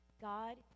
God